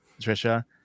trisha